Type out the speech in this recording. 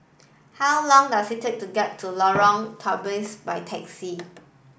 how long does it take to get to Lorong Tawas by taxi